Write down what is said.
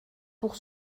pour